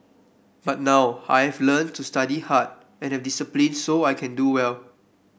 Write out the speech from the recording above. but now I've learnt to study hard and have discipline so that I can do well